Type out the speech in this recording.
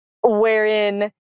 wherein